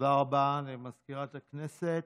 תודה רבה למזכירת הכנסת.